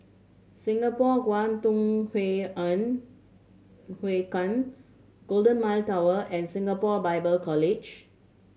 Singapore Kwangtung Hui En Hui Kuan Golden Mile Tower and Singapore Bible College